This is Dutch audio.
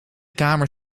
kamer